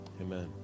amen